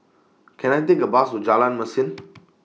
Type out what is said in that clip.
Can I Take A Bus to Jalan Mesin